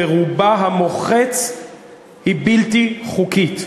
ברובה המוחץ היא בלתי חוקית.